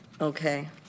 Okay